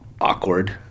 awkward